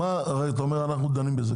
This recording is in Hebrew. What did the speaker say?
אתה אומר שאתם דנים בזה.